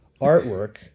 artwork